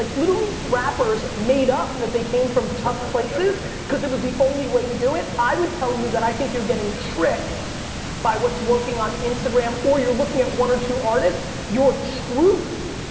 like literally rappers made up that they came from tough places cause it was the only way to do it. i would tell you that i think you're getting tricked by what's working on instagram, or you're looking at one or two artists. your truth,